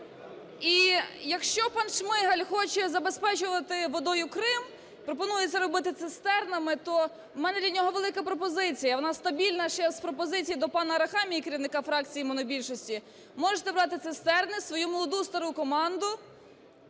І якщо пан Шмигаль хоче забезпечувати водою Крим, пропонує це робити цистернами, то у мене до нього велика пропозиція. У нас стабільна зараз пропозиція до пана Арахамії, керівника фракції монобільшості: можете брати цистерни, свою молоду й стару команду